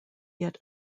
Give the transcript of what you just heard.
yet